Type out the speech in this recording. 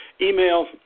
email